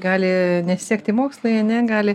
gali nesisekti mokslai ane gali